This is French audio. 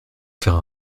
faire